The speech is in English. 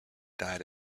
died